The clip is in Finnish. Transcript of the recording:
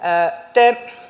te